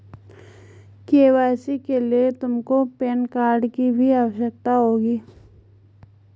KYC के लिए तुमको पैन कार्ड की भी आवश्यकता होगी